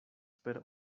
per